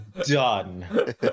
done